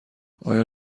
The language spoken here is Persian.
آیا